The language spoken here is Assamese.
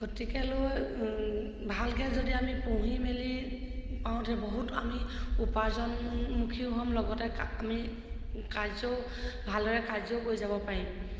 গতিকেলৈ ভালকৈ যদি আমি পুহি মেলি পাওঁতে বহুত আমি উপাৰ্জনমুখী হ'ম লগতে আমি কাৰ্যও ভালদৰে কাৰ্যও কৰি যাব পাৰিম